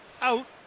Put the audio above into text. out